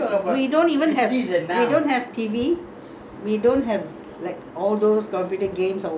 they were very obedient not like kids nowadays we don't even have we don't have T_V